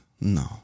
No